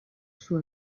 sua